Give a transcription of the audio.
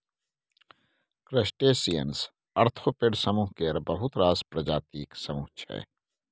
crustaceans arthropod समुह केर बहुत रास प्रजातिक समुह छै